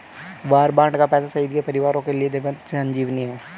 वार bond का पैसा शहीद के परिवारों के लिए संजीवनी है